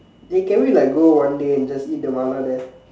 they can we like go one day and just eat the Mala there